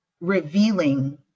revealing